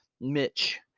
Mitch